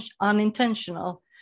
unintentional